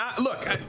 look